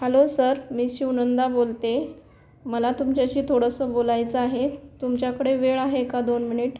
hello sir मी शिवनंदा बोलते आहे मला तुमच्याशी थोडंसं बोलायचं आहे तुमच्याकडे वेळ आहे का दोन मिणिट